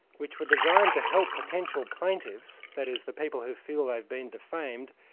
which were designed to help potential plaintiffs, that is, the people who feel they've been defamed,